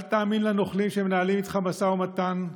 אל תאמין לנוכלים שמנהלים איתך משא ומתן.